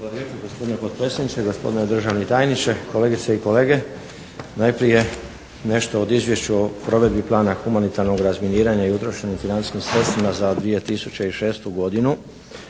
Hvala lijepa gospodine potpredsjedniče. Gospodine državni tajniče, kolegice i kolege. Najprije nešto o Izvješću o provedbi plana humanitarnog razminiranja i utrošenim financijskim sredstvima za 2006. godinu.